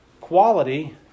Quality